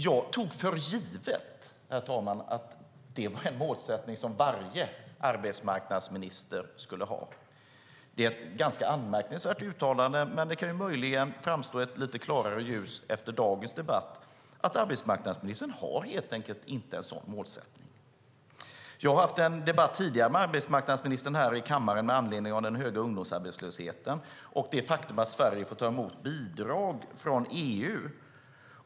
Jag tog för givet att det var en målsättning som varje arbetsmarknadsminister skulle ha. Det är ett ganska anmärkningsvärt uttalande. Det kan möjligen framstå i ett lite klarare ljus efter dagens debatt. Arbetsmarknadsministern har helt enkelt inte en sådan målsättning. Jag har haft en tidigare debatt med arbetsmarknadsministern här i kammaren med anledning av den höga ungdomsarbetslösheten och det faktum att Sverige har fått ta emot bidrag från EU.